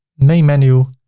main menu,